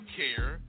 care